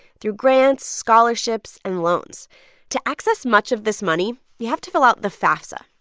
through grants, scholarships and loans to access much of this money, you have to fill out the fafsa.